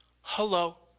hello.